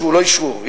לא, לא אישרו.